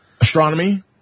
astronomy